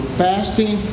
fasting